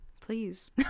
please